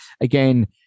again